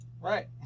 Right